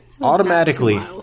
automatically